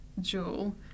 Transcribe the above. Jewel